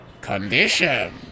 condition